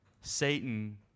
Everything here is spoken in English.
Satan